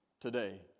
today